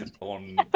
on